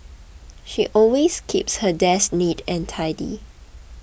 she always keeps her desk neat and tidy